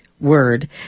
word